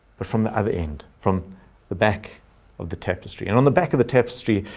but from the other end, from the back of the tapestry, and on the back of the tapestry.